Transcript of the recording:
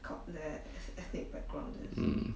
mm